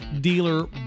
dealer